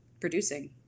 producing